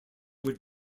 would